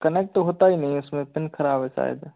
connect होता ही नहीं है उस में पिन ख़राब है शायद